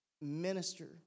minister